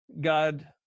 God